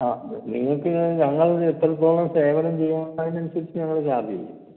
ആ നിങ്ങൾക്ക് ഞങ്ങൾ എത്രത്തോളം സേവനം ചെയ്യുന്നൊ അതിനനുസരിച്ച് ഞങ്ങൾ ചാർജ് ചെയ്യും